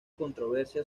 controversia